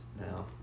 now